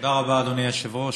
תודה רבה, אדוני היושב-ראש.